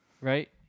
Right